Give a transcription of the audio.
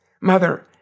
Mother